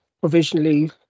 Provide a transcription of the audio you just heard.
provisionally